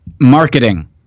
Marketing